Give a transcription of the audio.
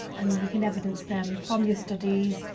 and you can evidence them from your studies,